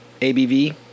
ABV